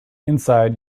inside